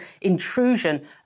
intrusion